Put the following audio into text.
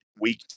week